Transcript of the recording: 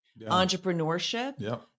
entrepreneurship